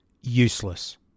useless